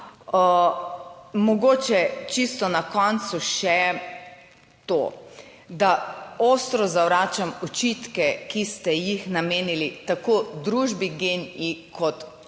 Mogoče čisto na koncu še to, da ostro zavračam očitke, ki ste jih namenili tako družbi GEN-I, kot